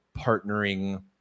partnering